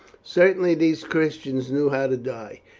certainly these christians knew how to die.